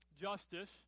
justice